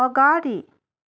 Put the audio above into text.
अगाडि